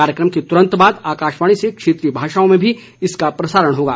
कार्यक्रम के तुरंत बाद आकाशवाणी से क्षेत्रीय भाषाओं में भी इसका प्रसारण होगा